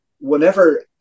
whenever